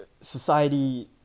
society